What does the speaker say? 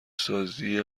سازی